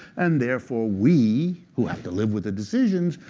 and therefore we, who have to live with the decisions,